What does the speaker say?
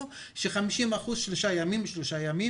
ש-50 אחוזים שלושה ימים ושלושה ימים,